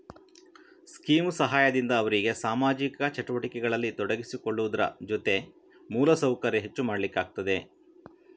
scheme ಸಹಾಯದಿಂದ ಅವ್ರಿಗೆ ಸಾಮಾಜಿಕ ಚಟುವಟಿಕೆಗಳಲ್ಲಿ ತೊಡಗಿಸಿಕೊಳ್ಳುವುದ್ರ ಜೊತೆ ಮೂಲ ಸೌಕರ್ಯ ಹೆಚ್ಚು ಮಾಡ್ಲಿಕ್ಕಾಗ್ತದೆ